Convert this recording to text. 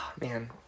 man